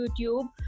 YouTube